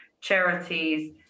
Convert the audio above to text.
charities